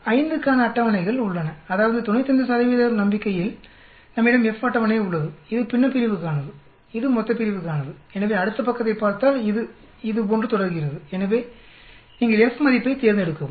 5 க்கான அட்டவணைகள் உள்ளன அதாவது 95 நம்பிக்கையில் நம்மிடம் F அட்டவணை உள்ளது இது பின்னப்பிரிவுக்கானது இது மொத்தப்பிரிவுக்கானது எனவே அடுத்த பக்கத்தைப் பார்த்தால் இது இது போன்று தொடர்கிறது எனவே நீங்கள் F மதிப்பைத் தேர்ந்தெடுக்கவும்